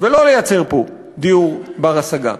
ולא לייצר פה דיור בר-השגה.